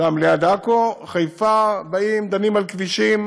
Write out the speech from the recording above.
שם, ליד עכו, חיפה, באים, דנים על כבישים.